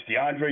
DeAndre